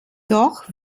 doch